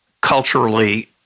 culturally